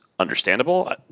Understandable